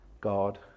God